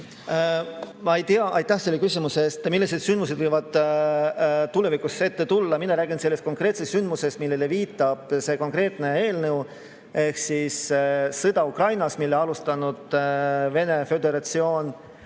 teha ei ole? Aitäh selle küsimuse eest! Ma ei tea, millised sündmused võivad tulevikus ette tulla. Mina räägin sellest konkreetsest sündmusest, millele viitab see konkreetne eelnõu, ehk siis sõda Ukrainas, mida on alustanud Vene Föderatsioon.